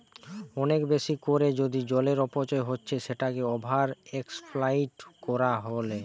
অনেক বেশি কোরে যদি জলের অপচয় হচ্ছে সেটাকে ওভার এক্সপ্লইট কোরা বলে